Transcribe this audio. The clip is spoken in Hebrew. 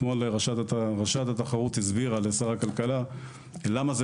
אתמול ראשת התחרות הסבירה לשר הכלכלה למה זה